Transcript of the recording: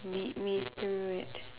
lead me through it